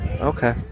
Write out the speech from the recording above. okay